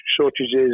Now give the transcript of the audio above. shortages